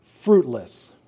fruitless